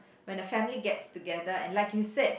when family gets together and like you said